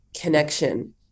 connection